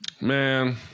Man